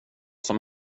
som